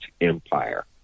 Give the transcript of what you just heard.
empire